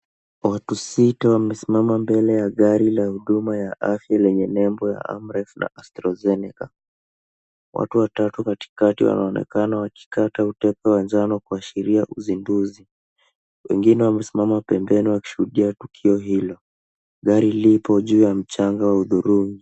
Watu sita wamesimama mbele ya gari la huduma ya afya lenye nembo za Amref na AstraZeneca. Watu watatu katikati wanaonekana wakikata utepe wa njano kuashiria uzinduzi. Wengine wamesimama pembeni wakishuhudia tukio hilo. Gari lipo juu ya mchanga hudhurungi.